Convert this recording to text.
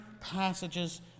passages